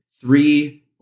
three